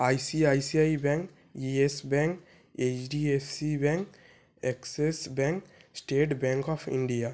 ICICI bank yes bank HDFC bank axis bank state bank of India